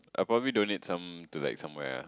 I'll probably donate some to like somewhere ah